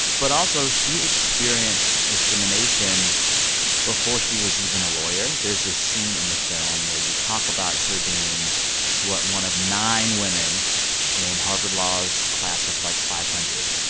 but also, she experienced discrimination before she was even a lawyer. there's this scene in the film where you talk about her being what? one of nine women in harvard law's class of, like, five hundred.